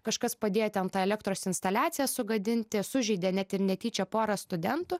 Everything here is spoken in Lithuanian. kažkas padėjo ten tą elektros instaliaciją sugadinti sužeidė net ir netyčia porą studentų